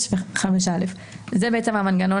לי יש בעיה עם זה.